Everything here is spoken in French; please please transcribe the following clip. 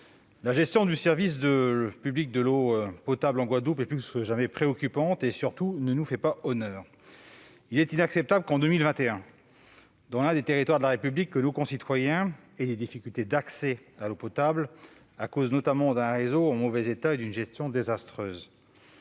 la gestion du service public de l'eau potable en Guadeloupe est plus que jamais préoccupante et elle ne nous fait pas honneur. Il est inacceptable que, en 2021, dans l'un des territoires de la République, nos concitoyens aient des difficultés d'accès à l'eau potable, à cause notamment d'un réseau en mauvais état et d'une gestion désastreuse.